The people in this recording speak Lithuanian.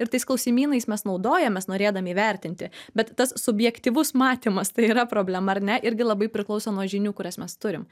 ir tais klausimynais mes naudojamės norėdami įvertinti bet tas subjektyvus matymas tai yra problema ar ne irgi labai priklauso nuo žinių kurias mes turim